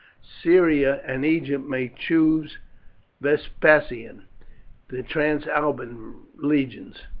syria and egypt may choose vespasian the transalpine legions,